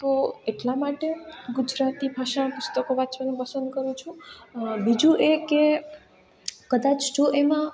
તો એટલા માટે ગુજરાતી ભાષા પુસ્તકો વાંચવાનું પસંદ કરું છું બીજું એ કે કદાચ જો એમાં